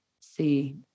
see